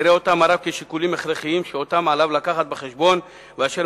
יראה אותם הרב כשיקולים הכרחיים שאותם עליו להביא בחשבון ואשר